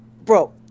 bro